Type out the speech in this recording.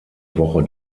woche